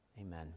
Amen